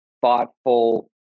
thoughtful